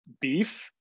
beef